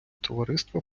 товариства